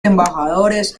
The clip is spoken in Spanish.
embajadores